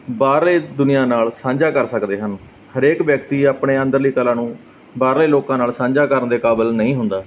ਬਾਹਰਲੇ ਦੁਨੀਆਂ ਨਾਲ ਸਾਂਝਾ ਕਰ ਸਕਦੇ ਹਨ ਹਰੇਕ ਵਿਅਕਤੀ ਆਪਣੇ ਅੰਦਰਲੀ ਕਲਾ ਨੂੰ ਬਾਹਰਲੇ ਲੋਕਾਂ ਨਾਲ ਸਾਂਝਾ ਕਰਨ ਦੇ ਕਾਬਿਲ ਨਹੀਂ ਹੁੰਦਾ